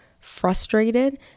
frustrated